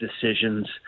decisions